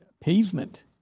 pavement